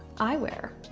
eyewear.